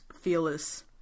Fearless